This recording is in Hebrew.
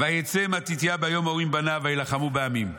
"ויצא מתתיהו ביום ההוא עם בניו ויילחמו בעמים".